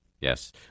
Yes